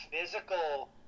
physical